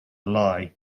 lie